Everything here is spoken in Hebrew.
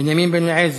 בנימין בן-אליעזר,